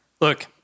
Look